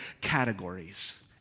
categories